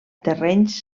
terrenys